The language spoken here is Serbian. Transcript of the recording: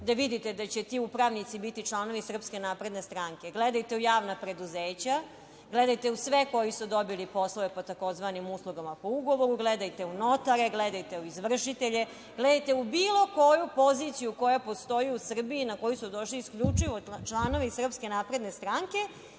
da vidite da će ti upravnici biti članovi SNS? Gledajte u javna preduzeća. Gledajte u sve koji su dobili poslove po tzv. uslugama po ugovoru. Gledajte u notare. Gledajte u izvršitelje. Gledajte u bilo koju poziciju koja postoji u Srbiji, a na koju su došli isključivo članovi SNS i onda